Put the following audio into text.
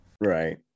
Right